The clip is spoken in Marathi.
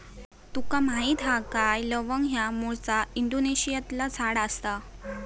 तुका माहीत हा काय लवंग ह्या मूळचा इंडोनेशियातला झाड आसा